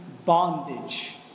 bondage